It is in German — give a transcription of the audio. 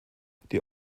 die